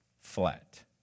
flat